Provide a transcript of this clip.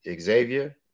Xavier